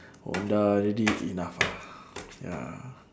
honda already enough ah ya